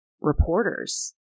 reporters